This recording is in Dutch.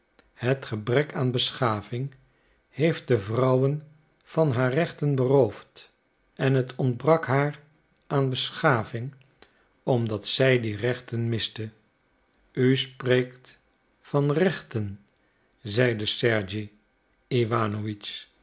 het gebrek aan beschaving heeft de vrouwen van haar rechten beroofd en het ontbrak haar aan beschaving omdat zij die rechten misten u spreekt van rechten zeide sergej